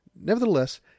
Nevertheless